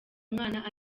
umwana